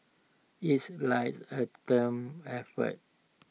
it's like A effort